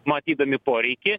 matydami poreikį